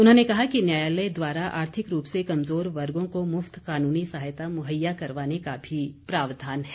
उन्होंने कहा कि न्यायालय द्वारा आर्थिक रूप से कमजोर वर्गों को मुफ्त कानूनी सहायता मुहैया करवाने का भी प्रावधान है